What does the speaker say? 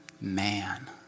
man